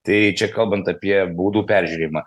tai čia kalbant apie baudų peržiūrėjimą